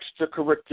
extracurricular